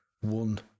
One